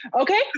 Okay